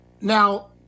now